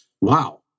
wow